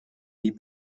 die